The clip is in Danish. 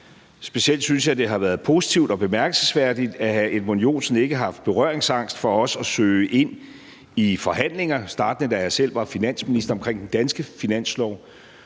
Specielt synes jeg også, at det har været positivt og bemærkelsesværdigt, at hr. Edmund Joensen ikke har haft berøringsangst over for at søge ind i forhandlinger, startende da jeg selv var finansminister, omkring den danske finanslov,